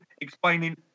explaining